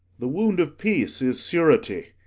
the wound of peace is surety,